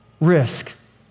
risk